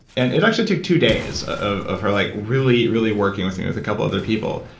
and it actually took two days of of her like really, really working with me with a couple other people.